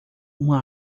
uma